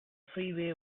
freeway